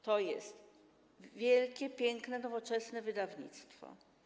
To jest wielkie, piękne, nowoczesne wydawnictwo.